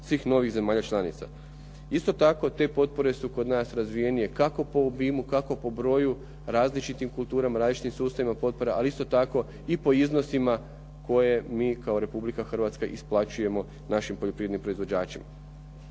svih novih zemalja članica. Isto tako te potpore su kod nas razvijenije kako po obimu, kako po broju različitih kulturama različitim sustavima potpora, ali isto tako i po iznosima koje mi kao Republika Hrvatska isplaćujemo našim poljoprivrednim proizvođačima.